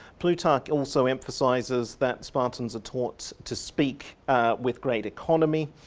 plutarc also emphasises that spartans are taught to speak with great economy,